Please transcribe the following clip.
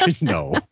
no